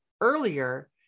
earlier